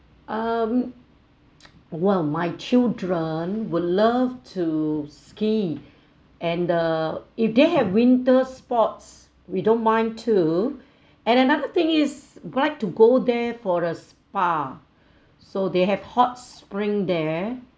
um well my children will love to ski and the if they have winter sports we don't mind to and another thing is like to go there for a spa so they have hot spring there